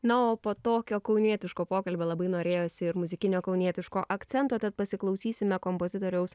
na o po tokio kaunietiško pokalbio labai norėjosi ir muzikinio kaunietiško akcento tad pasiklausysime kompozitoriaus